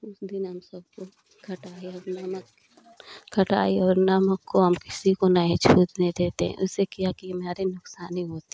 उस दिन हम सबको खटाई और नमक खटाई और नमक को हम किसी को नहीं छूने देते उससे क्या कि हमारे नुकसान ई होती है